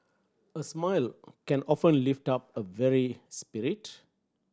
a smile can often lift up a weary spirit